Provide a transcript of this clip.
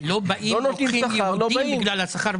לא באים רוקחים יהודים בגלל השכר.